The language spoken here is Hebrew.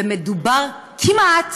ומדובר כמעט